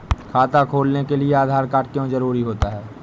खाता खोलने के लिए आधार कार्ड क्यो जरूरी होता है?